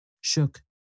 shook